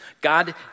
God